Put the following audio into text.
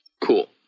Cool